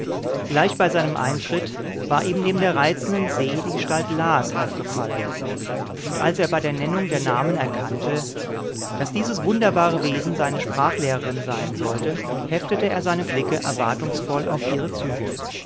gleich bei seinem eintritt war ihm neben der reizenden se die gestalt las aufgefallen und als er bei der nennung der namen erkannte daß dieses wunderbare wesen seine sprachlehrerin sein sollte heftete er seine blicke erwartungsvoll auf ihre züge